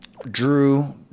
drew